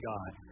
God